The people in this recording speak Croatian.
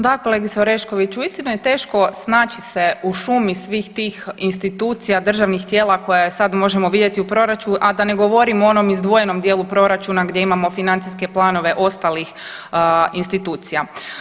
Da, kolegice Orešković, uistinu je teško snaći se u šumi svih tih institucija, državnih tijela koja je sad, možemo vidjeti u proračunu, a da ne govorim o onom izdvojenom dijelu proračuna gdje imamo financijske planove ostalih institucija.